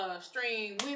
stream